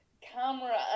camera